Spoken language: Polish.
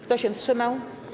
Kto się wstrzymał?